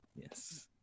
Yes